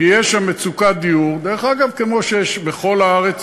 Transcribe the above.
כי יש שם מצוקת דיור, דרך אגב, כמו שיש בכל הארץ.